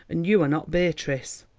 and you are not beatrice.